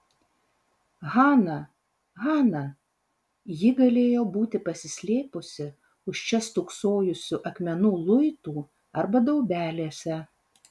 hana hana ji galėjo būti pasislėpusi už čia stūksojusių akmenų luitų arba daubelėse